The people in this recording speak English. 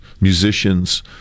musicians